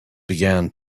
began